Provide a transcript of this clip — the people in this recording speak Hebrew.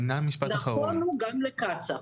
נכון הוא גם לקצא"א.